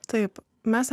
taip mes